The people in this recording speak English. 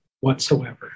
whatsoever